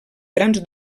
grans